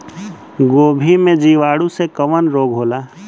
गोभी में जीवाणु से कवन रोग होला?